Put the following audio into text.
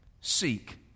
seek